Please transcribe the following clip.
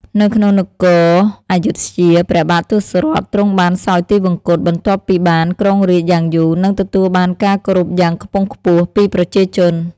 នៅក្នុងនគរព្ធយុធ្យា ព្រះបាទទសរថ ទ្រង់បានសោយទិវង្គត បន្ទាប់ពីបានគ្រងរាជ្យយ៉ាងយូរ និងទទួលបានការគោរពយ៉ាងខ្ពង់ខ្ពស់ពីប្រជាជន។